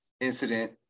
incident